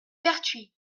pertuis